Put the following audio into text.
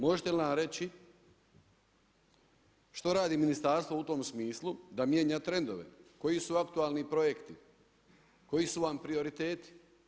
Možete li nam reći što radi Ministarstvo u tom smislu da mijenja trendove, koji su aktualni projekti, koji su vam prioriteti?